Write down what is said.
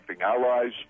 allies